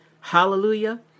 Hallelujah